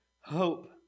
hope